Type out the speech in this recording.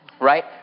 right